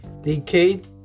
decade